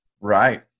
Right